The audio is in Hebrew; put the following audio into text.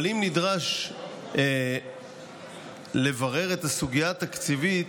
אבל אם נדרש לברר את הסוגיה התקציבית,